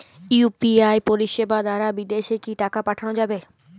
UPI পরিষেবা দারা বিদেশে কি টাকা পাঠানো যাবে?